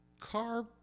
car